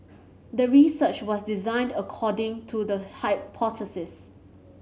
the research was designed according to the hypothesis